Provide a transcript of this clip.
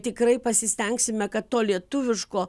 tikrai pasistengsime kad to lietuviško